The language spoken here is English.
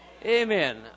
Amen